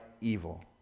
evil